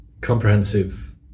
comprehensive